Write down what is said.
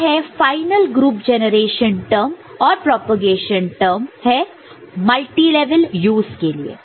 यह है final group generation term और प्रोपेगेशन टर्म है मल्टीलेवल यूज के लिए